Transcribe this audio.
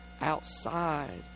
outside